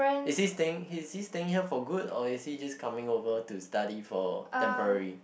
is his staying is his staying here for good or is he just coming over to study for temporary